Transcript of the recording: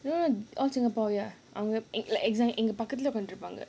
no no all singapore ya அவங்க எங்க பக்கத்துல உட்கார்ந்துருப்பாங்க:avanga enga pakkathula utkkaarnthuruppaanga